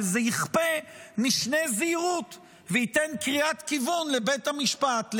אבל זה יכפה משנה זהירות וייתן קריאת כיוון לבית המשפט.